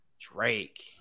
Drake